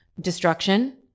destruction